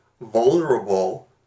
vulnerable